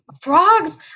frogs